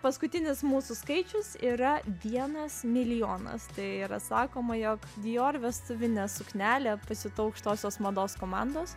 paskutinis mūsų skaičius yra vienas milijonas tai yra sakoma jog dior vestuvinė suknelė pasiūta aukštosios mados komandos